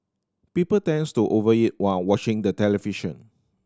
people tends to over eat while watching the television